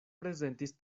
prezentis